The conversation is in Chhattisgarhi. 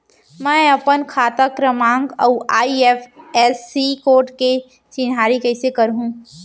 मैं अपन खाता क्रमाँक अऊ आई.एफ.एस.सी कोड के चिन्हारी कइसे करहूँ?